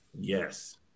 Yes